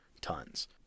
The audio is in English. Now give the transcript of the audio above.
tons